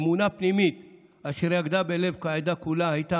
אמונה פנימית אשר יקדה בלב העדה כולה הייתה